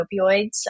opioids